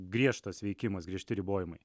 griežtas veikimas griežti ribojimai